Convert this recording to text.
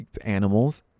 animals